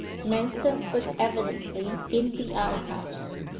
manston was evidently in the outhouse.